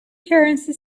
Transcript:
currency